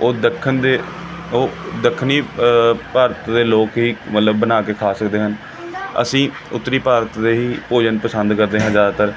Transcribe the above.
ਉਹ ਦੱਖਣ ਦੇ ਉਹ ਦੱਖਣੀ ਭਾਰਤ ਦੇ ਲੋਕ ਹੀ ਮਤਲਬ ਬਣਾ ਕੇ ਖਾ ਸਕਦੇ ਹਨ ਅਸੀਂ ਉੱਤਰੀ ਭਾਰਤ ਦੇ ਹੀ ਭੋਜਨ ਪਸੰਦ ਕਰਦੇ ਹਾਂ ਜ਼ਿਆਦਾਤਰ